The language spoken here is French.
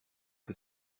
que